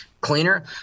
cleaner